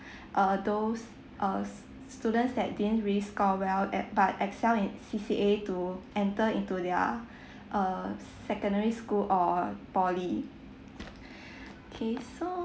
uh those uh s~ students that didn't really score well at but excel in C_C_A to enter into their uh s~ secondary school or poly K so